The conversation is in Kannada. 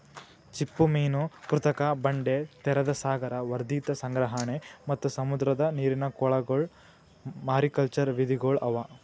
ಚಿಪ್ಪುಮೀನು, ಕೃತಕ ಬಂಡೆ, ತೆರೆದ ಸಾಗರ, ವರ್ಧಿತ ಸಂಗ್ರಹಣೆ ಮತ್ತ್ ಸಮುದ್ರದ ನೀರಿನ ಕೊಳಗೊಳ್ ಮಾರಿಕಲ್ಚರ್ ವಿಧಿಗೊಳ್ ಅವಾ